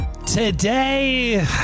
Today